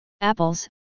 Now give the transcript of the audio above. Apples